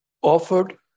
offered